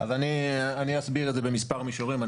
אני אסביר את זה במספר מישורים.